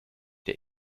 der